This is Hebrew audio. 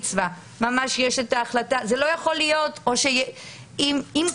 לא יכול להיות שיש כאן